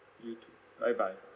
you too bye bye